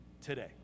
today